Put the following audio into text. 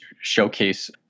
showcase